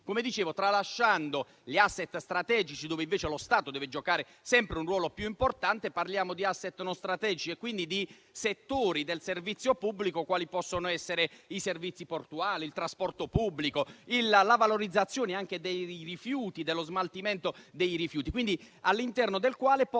Come dicevo, tralasciando gli *asset* strategici, dove invece lo Stato deve giocare sempre un ruolo più importante, parliamo di *asset* non strategici e, quindi, di settori del servizio pubblico quali possono essere i servizi portuali, il trasporto pubblico, la valorizzazione anche dei rifiuti e il loro smaltimento, all'interno